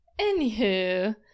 Anywho